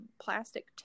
plastic